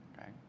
okay